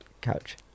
couch